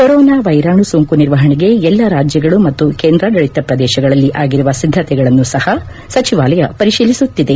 corona ವೈರಾಣು ಸೋಂಕು ನಿರ್ವಹಣೆಗೆ ಎಲ್ಲಾ ರಾಜ್ಯಗಳು ಮತ್ತು ಕೇಂದ್ರಾಡಳಿತ ಪ್ರದೇಶಗಳಲ್ಲಿ ಆಗಿರುವ ಸಿದ್ದತೆಗಳನ್ನೂ ಸಹ ಸಚಿವಾಲಯ ಪರಿಶೀಲಿಸುತ್ತಿದೆ